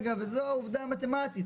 וזו העובדה המתמטית,